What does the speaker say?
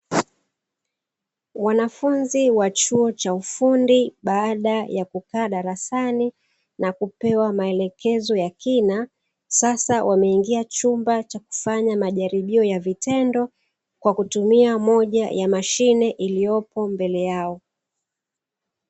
Wanafunzi wa chuo cha ufundi, baada ya kukaa darasani na kupewa maelekezo ya kina, sasa wameingia chumba cha kufanya majaribio ya vitendo kwa kutumia moja ya mashine iliyopo mbele yao.